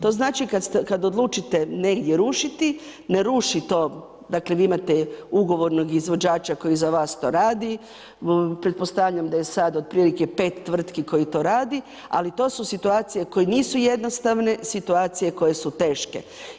To znači kad odlučite negdje rušiti, ne ruši to dakle vi imate ugovornog izvođači koji za vas to radi, pretpostavljam da je sad otprilike 5 tvrtki koji to radi ali to su situacije koje nisu jednostavne, situacije koje su teške.